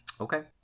Okay